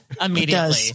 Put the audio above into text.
immediately